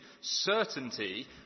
certainty